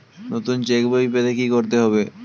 নতুন চেক বই পেতে কী করতে হবে?